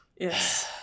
Yes